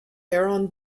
heron